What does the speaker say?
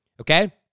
okay